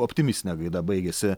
optimistine gaida baigėsi